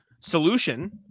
Solution